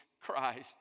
Christ